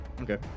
Okay